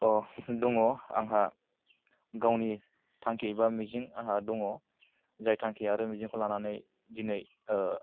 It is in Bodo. अ' दङ आंहा गावनि थांखि बा मिजिं आंहा दङ जाय थांखि आरो मिजिंखौ लानानै दिनै